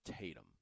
Tatum